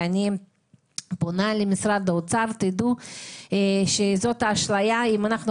אני פונה למשרד האוצר, דעו שזאת האשליה: אם אנחנו